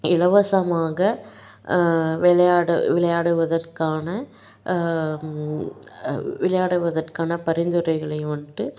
இலவசமாக விளையாடு விளையாடுவதற்கான விளையாடுவதற்கான பரிந்துரைகளை வந்துட்டு